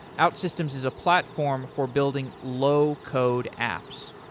out systems is a platform for building low code apps.